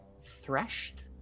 threshed